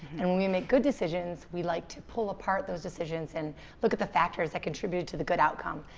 and when we make good decisions we like to pull apart those decisions and look at the factors that contribute to the good outcome.